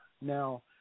Now